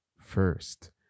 first